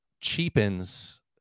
cheapens